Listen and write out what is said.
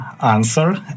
answer